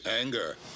anger